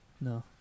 No